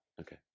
okay